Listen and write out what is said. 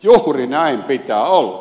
juuri näin pitää olla